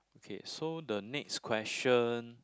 okay so the next question